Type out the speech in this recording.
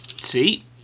see